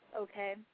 Okay